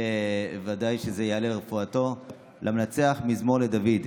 שוודאי שזה יעלה לרפואתו: "למנצח מזמור לדוד.